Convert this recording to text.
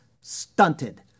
stunted